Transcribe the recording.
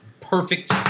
perfect